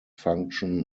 function